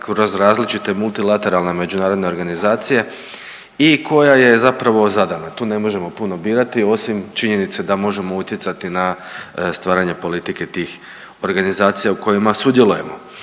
kroz različite multilateralne međunarodne organizacije i koja je zapravo zadana. Tu ne možemo puno birati osim činjenice da možemo utjecati na stvaranje politike tih organizacija u kojima sudjelujemo.